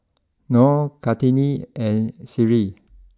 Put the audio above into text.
Nor Kartini and Seri